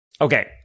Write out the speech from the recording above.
Okay